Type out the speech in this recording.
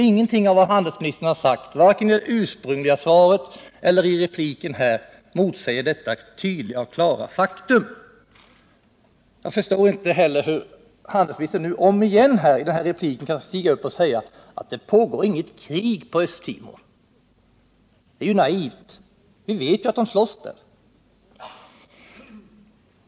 Ingenting av vad handelsministern har sagt, vare sig i det ursprungliga svaret eller i repliken här, motsäger detta tydliga och klara faktum. Jag förstår inte heller hur handelsministern nu i den här repliken om igen kan stiga upp och säga att det inte pågår något krig på Östra Timor. Det är ju naivt. Vi vet att de slåss där.